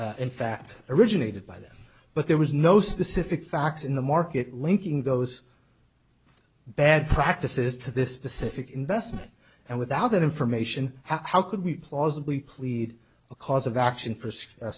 in fact originated by them but there was no specific facts in the market linking those bad practices to this specific investment and without that information how could we plausibly plead a cause of action for